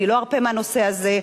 אני לא ארפה מהנושא הזה,